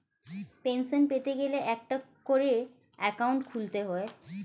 pension পেতে গেলে একটা করে অ্যাকাউন্ট খুলতে হয়